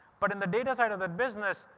but in the data side of the business,